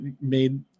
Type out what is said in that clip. made